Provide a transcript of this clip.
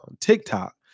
TikTok